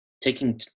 taking